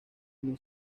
muy